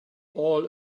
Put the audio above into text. all